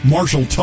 Marshall